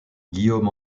guillaume